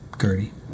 Gertie